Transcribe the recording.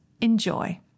Enjoy